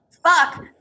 fuck